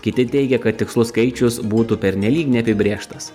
kiti teigė kad tikslus skaičius būtų pernelyg neapibrėžtas